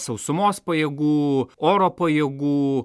sausumos pajėgų oro pajėgų